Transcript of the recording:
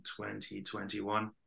2021